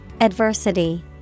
Adversity